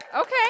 Okay